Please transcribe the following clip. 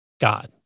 God